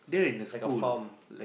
like a farm